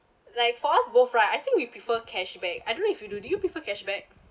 like for us both right I think we prefer cashback I don't know if you do do you prefer cashback